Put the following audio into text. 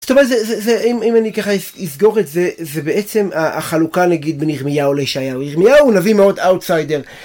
אם אני ככה אסגור את זה, זה בעצם החלוקה נגיד בין ירמיהו לישיהו, ירמיהו הוא נביא מאוד אאוטסיידר.